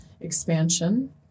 expansion